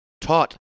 taught